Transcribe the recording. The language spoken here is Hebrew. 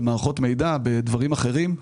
במערכות מידע ובדברים אחרים.